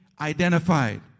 identified